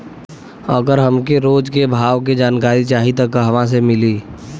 अगर हमके रोज के भाव के जानकारी चाही त कहवा से मिली?